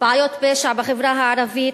בעיות פשע בחברה הערבית,